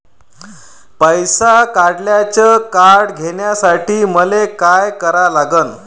पैसा काढ्याचं कार्ड घेण्यासाठी मले काय करा लागन?